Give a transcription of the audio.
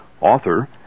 author